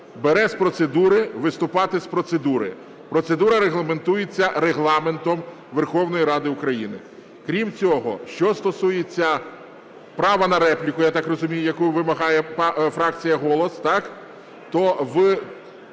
бере з процедури, виступати з процедури. Процедура регламентується Регламентом Верховної Ради України. Крім цього, що стосується права на репліку, я так розумію, яку вимагає фракція "Голос",